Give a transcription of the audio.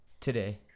today